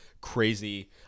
crazy